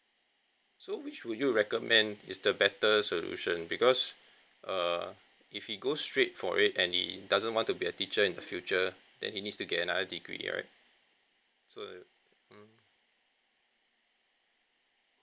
so which would you recommend is the better solution because err if he goes straight for it and he doesn't want to be a teacher in the future then he needs to get a degree right so mm